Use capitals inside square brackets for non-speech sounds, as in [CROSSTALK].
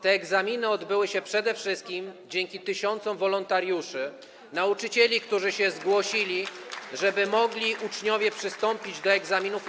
Te egzaminy odbyły się przede wszystkim dzięki tysiącom wolontariuszy, nauczycieli, [APPLAUSE] którzy się zgłosili po to, żeby uczniowie mogli przystąpić do egzaminów.